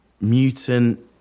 Mutant